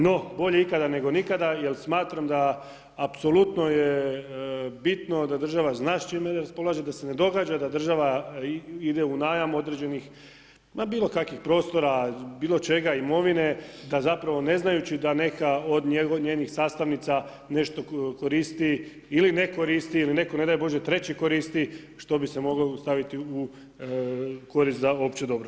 No, bolje ikada nego nikada jel smatram da apsolutno je bitno da država zna s čime raspolaže, da se ne događa da država ide u najam određenih ma bilo kakvih prostora, bilo čega imovine, da zapravo ne znajući da neka od njenih sastavnica nešto koristi ili ne koristi ili neko ne daj bože treći koristi što bi se moglo stavi u korist za opće dobro.